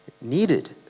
needed